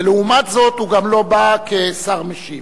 ולעומת זאת, הוא גם לא בא כשר משיב.